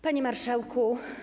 Panie Marszałku!